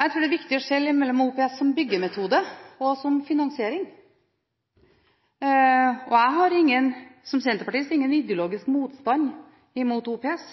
Jeg tror det er viktig å skille mellom OPS som byggemetode og som finansiering. Jeg har som senterpartist ingen ideologisk motstand mot OPS